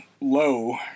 low